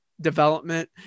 development